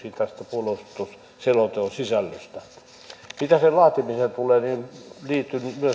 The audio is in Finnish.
hyvin asiantunteviin käsityksiin tästä puolustusselonteon sisällöstä mitä sen laatimiseen tulee niin